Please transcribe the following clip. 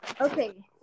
Okay